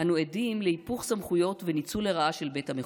אנו עדים להיפוך סמכויות וניצול לרעה של בית המחוקקים.